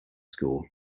school